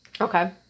Okay